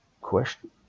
question